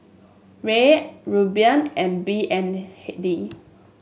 Riel Rupiah and B N D